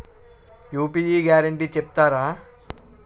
UPI guarantee చెప్తారా?